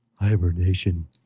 hibernation